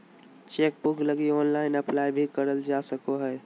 chequebook लगी online apply भी करल जा सको हइ